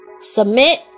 submit